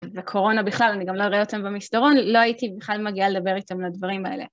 וקורונה בכלל, אני גם לא אראה אותם במסדרון, לא הייתי בכלל מגיעה לדבר איתם על הדברים האלה.